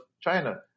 China